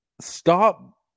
stop